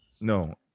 no